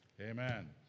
Amen